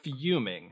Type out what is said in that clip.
fuming